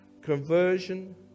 Conversion